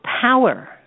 power